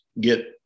get